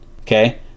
okay